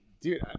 Dude